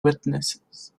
witnesses